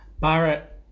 Barrett